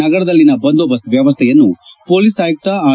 ನಗರದಲ್ಲಿನ ಬಂದೋಬಸ್ತ್ ವ್ಯವಸ್ಥೆಯನ್ನು ಪೋಲಿಸ್ ಆಯುಕ್ತ ಆರ್